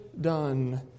done